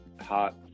Hot